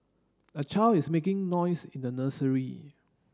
a child is making noise in the nursery